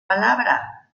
palabra